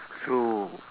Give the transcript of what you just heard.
so